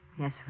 Yes